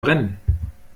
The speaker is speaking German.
brennen